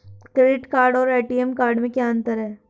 Credit card और ATM card में क्या अंतर है?